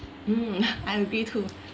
mm I agree too